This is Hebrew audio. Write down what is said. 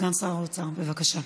סגן שר האוצר, בבקשה.